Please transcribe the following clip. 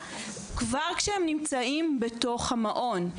כבר כשהם נמצאים בתוך המעון.